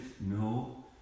no